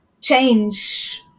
change